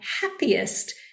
happiest